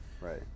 Right